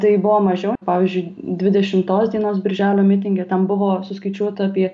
tai buvo mažiau pavyzdžiui dvidešimtos dienos birželio mitinge ten buvo suskaičiuota apie